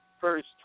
first